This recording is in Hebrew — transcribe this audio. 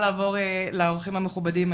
לעבור לאורחים המכובדים.